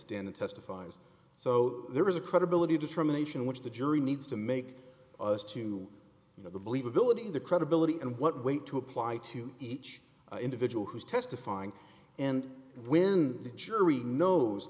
stand and testifies so there is a credibility determination which the jury needs to make us to you know the believability the credibility and what weight to apply to each individual who's testifying and when the jury knows